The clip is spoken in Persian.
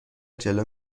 جلو